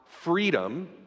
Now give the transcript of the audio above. freedom